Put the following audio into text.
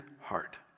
heart